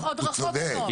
הוא צודק.